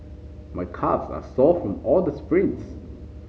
my calves are sore from all the sprints